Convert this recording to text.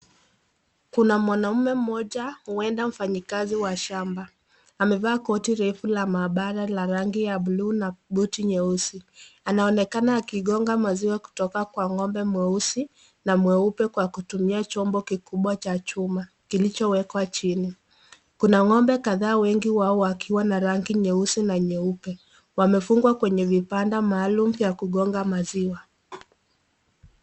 Kuna mwanaume mmoja huenda mfanyikazi wa shamba, amevaa koti refu la maabara la rangi ya blue na buti nyeusi. Anaonekana akigonga maziwa kutoka kwa ngombe mweusi, na mweupe kutumia chombo kikubwa cha chuma, kilichowekwa chini. Kuna ngombe kadhaa wengi wao wakiwa na rangi nyeusi na nyeupe. Wamefungwa kwenye vibanda maalum vya kugonga maziwa.